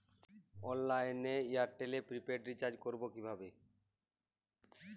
অনলাইনে এয়ারটেলে prepaid recharge করবো কিভাবে?